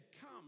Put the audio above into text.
come